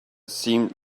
seemed